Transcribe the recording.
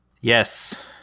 Yes